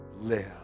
live